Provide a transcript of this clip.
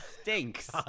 Stinks